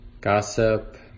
gossip